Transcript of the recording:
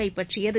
கைப்பற்றியது